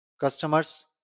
customers